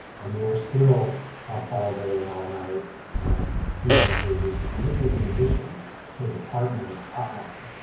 and they were still up all day and all night fielding pages. and this was in addition to the partners hotline.